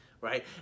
right